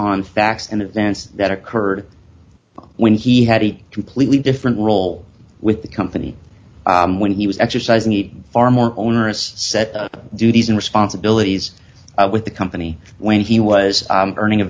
on facts and events that occurred when he had a completely different role with the company when he was exercising need far more onerous set duties and responsibilities with the company when he was earning a